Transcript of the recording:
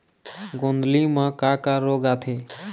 गोंदली म का का रोग आथे?